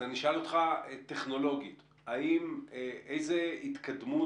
אז אני אשאל אותך טכנולוגית: איזו התקדמות